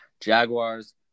Jaguars